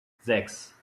sechs